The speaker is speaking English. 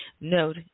Note